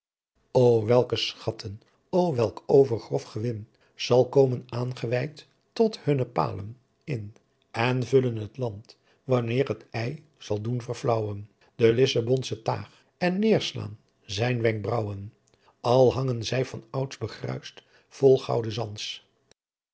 welke schatten o welk overgrof gewin zal komen aangeweidt tot hunne palen in en vullen t landt wanneer het y zal doen verflaauwen den lissebonschen taagh en neêrslaan zijn winkbraauwen al hangen zy van ouds begruist vol gouden zands